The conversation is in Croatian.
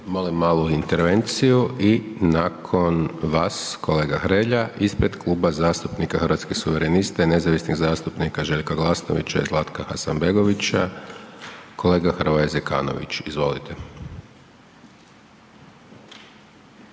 Molim malu intervenciju i nakon vas, kolega Hrelja, ispred Kluba zastupnika Hrvatskih suverenista i nezavisnih zastupnika Željka Glasnovića i Zlatka Hasanbegovića kolega Hrvoje Zekanović. Izvolite.